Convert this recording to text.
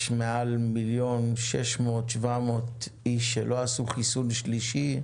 יש מעל 1.6 מיליון או 1.7 מיליון שלא עשו את החיסון השלישי,